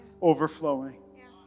overflowing